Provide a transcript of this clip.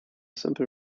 simple